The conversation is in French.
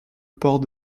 port